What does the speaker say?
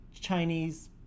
Chinese